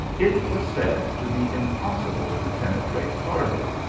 it was said to be impossible to penetrate further,